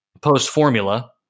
post-formula